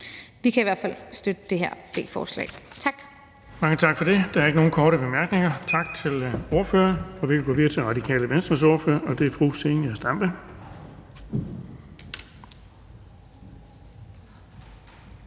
Vi kan i hvert fald støtte det her B-forslag. Tak.